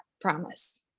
promise